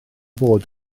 bod